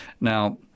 Now